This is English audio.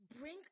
bring